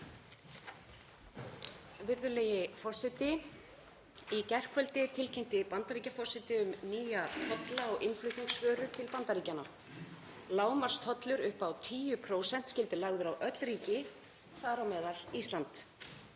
Virðulegi forseti. Í gærkvöldi tilkynnti Bandaríkjaforseti um nýja tolla á innflutningsvörur til Bandaríkjanna. Lágmarkstollur upp á 10% skyldi lagður á öll ríki, þar á meðal Ísland.